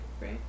right